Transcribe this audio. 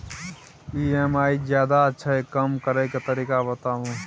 EMI ज्यादा छै कम करै के तरीका बताबू?